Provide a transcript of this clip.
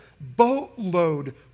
boatload